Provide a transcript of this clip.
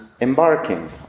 embarking